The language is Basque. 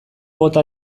bota